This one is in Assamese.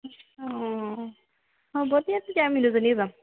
অঁ হ'ব দিয়া তেতিয়া আমি দুজনীয়ে যাম